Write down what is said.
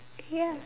ya